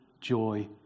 joy